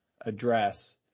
address